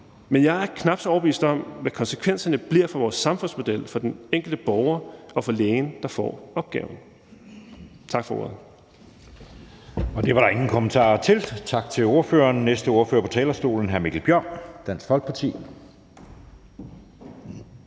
men jeg er knap så overbevist om, hvad konsekvenserne bliver for vores samfundsmodel, for den enkelte borger og for lægen, der får opgaven. Tak for ordet.